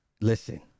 Listen